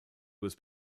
was